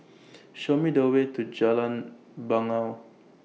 Show Me The Way to Jalan Bangau